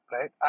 right